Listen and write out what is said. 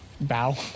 Bow